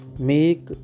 Make